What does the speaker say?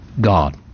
God